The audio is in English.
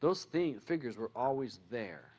those things figures were always there